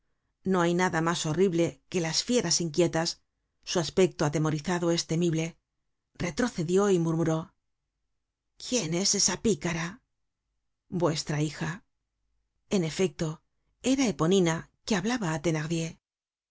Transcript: no hay nada mas horrible que las fieras inquietas su aspecto atemorizado es temible retrocedió y murmuró quién es esa picara vuestra hija en efecto era eponina que hablaba